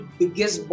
biggest